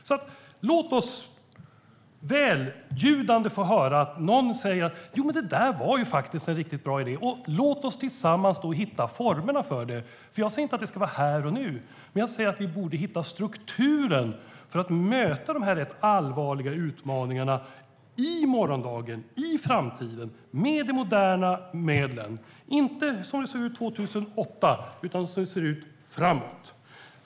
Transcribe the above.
Låt oss därför, och det välljudande, få höra någon säga: Det där var faktiskt en riktigt bra idé - låt oss tillsammans hitta formerna för det! Jag säger inte att det ska vara här och nu, men jag säger att vi borde hitta strukturen för att möta dessa rätt allvarliga utmaningar i morgon, i framtiden, med det moderna medlen - inte som det såg ut 2008 utan som det ser ut framåt.